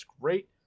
great